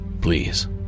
Please